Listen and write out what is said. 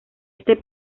este